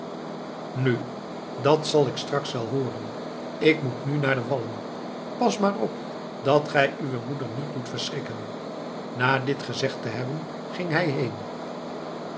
nu dat zal ik straks wel hooren ik moet nu naar de wallen pas maar op dat gij uwe moeder niet doet verschrikken na dit gezegd te hebben ging hij heen